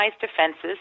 defenses